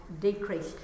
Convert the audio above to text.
decrease